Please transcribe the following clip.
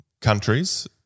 countries